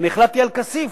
החלטתי על כסיף,